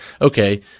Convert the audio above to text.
Okay